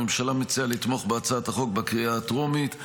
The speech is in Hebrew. הממשלה מציעה לתמוך בהצעת החוק בקריאה הטרומית.